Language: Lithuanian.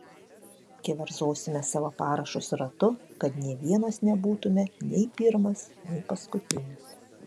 keverzosime savo parašus ratu kad nė vienas nebūtume nei pirmas nei paskutinis